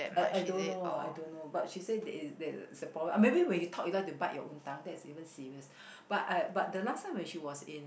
I I don't know I don't know but she say there's there's a problem or maybe when you talk you like to bite your own tongue that's even serious but uh but the last time when she was in